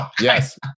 Yes